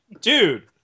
dude